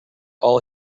all